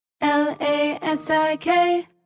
L-A-S-I-K